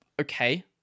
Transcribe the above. okay